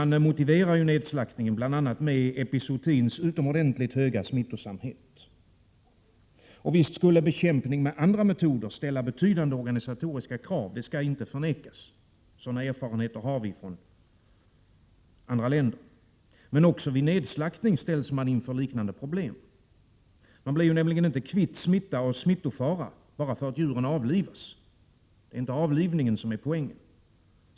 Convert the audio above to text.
Nedslaktningen motiveras bl.a. med epizootins utomordentligt höga smittsamhet. Och visst skulle bekämpning med andra metoder ställa betydande organisatoriska krav — det skall inte förnekas. Sådana erfarenheter har gjorts i andra länder. Men också vid nedslaktning uppstår liknande problem. Man blir ju inte kvitt smitta och smittofara bara därför att djuren avlivas — det är inte avlivningen som är poängen.